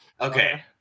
Okay